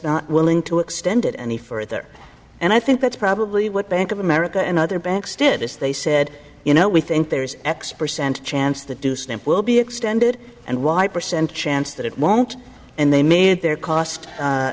not willing to extend it any further and i think that's probably what bank of america and other banks did is they said you know we think there's x percent chance that do stamp will be extended and why percent chance that it won't and they made their cost